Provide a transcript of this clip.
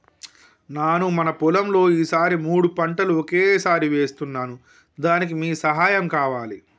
నాను మన పొలంలో ఈ సారి మూడు పంటలు ఒకేసారి వేస్తున్నాను దానికి మీ సహాయం కావాలి